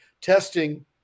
testing